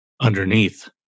underneath